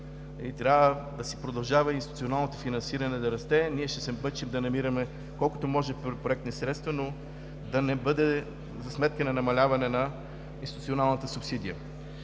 трябва да се продължава институционалното финансиране да расте. Ние ще се мъчим да намираме колкото може проектни средства, но да не бъде за сметка на намаляване на институционалната субсидия.